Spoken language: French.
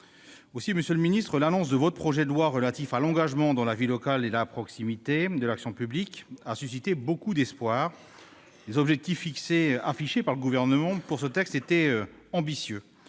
Aussi, monsieur le ministre, l'annonce de votre projet de loi relatif à l'engagement dans la vie locale et à la proximité de l'action publique a-t-il suscité beaucoup d'espoirs. Les objectifs affichés par le Gouvernement étaient ambitieux